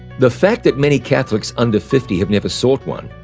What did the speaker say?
the fact that many catholics under fifty have never sought one,